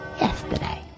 yesterday